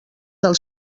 del